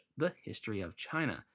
thehistoryofchina